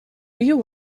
you